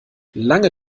lange